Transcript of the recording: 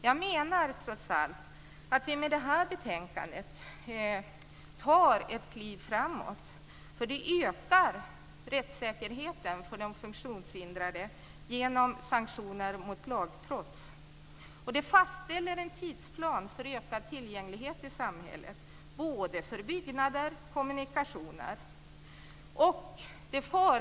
Jag menar trots allt att vi med det här betänkandet tar ett kliv framåt. Det ökar nämligen rättssäkerheten för de funktionshindrade genom sanktioner mot lagtrots. Det fastställer också en tidsplan för ökad tillgänglighet i samhället både för byggnader och för kommunikationer.